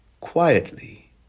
quietly